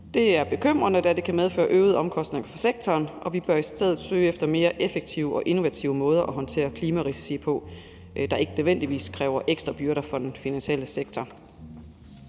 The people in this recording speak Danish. Det er bekymrende, da det kan medføre øgede omkostninger for sektoren, og vi bør i stedet søge efter mere effektive og innovative måder at håndtere klimarisici på, der ikke nødvendigvis kræver ekstra byrder for den finansielle sektor.